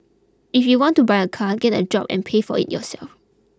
if you want to buy a car get a job and pay for it yourself